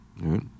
Right